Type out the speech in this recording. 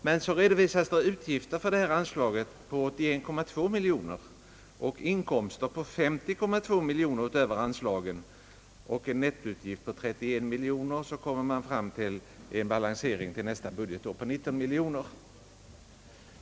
Men så redovisas utgifter under detta anslag på 81,2 miljoner och inkomster på 50,2 miljoner utöver anslagen, alltså en nettoutgift på 31 miljoner, varefter till nästa budgetår balanseras 19 miljoner.